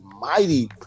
mighty